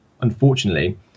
unfortunately